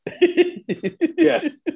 Yes